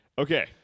Okay